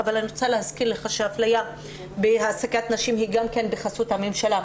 אבל אני רוצה להזכיר לך שאפליה בהעסקת נשים היא גם כן בחסות הממשלה.